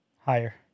Higher